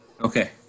Okay